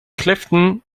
clifton